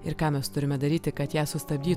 ir ką mes turime daryti kad ją sustabdyt